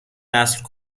نسل